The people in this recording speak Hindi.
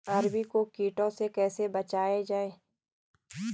अरबी को कीटों से कैसे बचाया जाए?